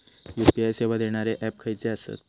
UPI सेवा देणारे app खयचे आसत?